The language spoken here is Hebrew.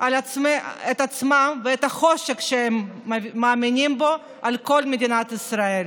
את עצמם ואת החושך שהם מאמינים בו על כל מדינת ישראל.